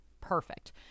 Perfect